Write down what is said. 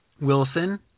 Wilson